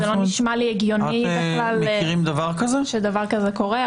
זה לא נשמע לי הגיוני שדבר כזה קורה,